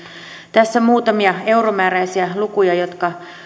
tässä muutamia euromääräisiä lukuja jotka